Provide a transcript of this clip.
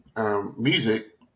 Music